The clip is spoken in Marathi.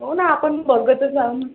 हो ना आपण बघतच आहो ना